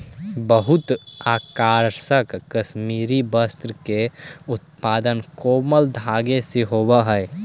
बहुते आकर्षक कश्मीरी वस्त्र के उत्पादन कोमल धागा से होवऽ हइ